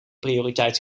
prioriteit